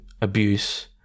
abuse